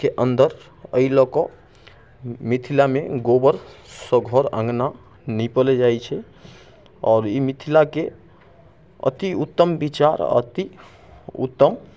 के अन्दर अइ लअ कऽ मिथिलामे गोबरसँ घर अँगना निपल जाइ छै आओर ई मिथिलाके अति उत्तम बिचार आओर अति उत्तम